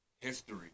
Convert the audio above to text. history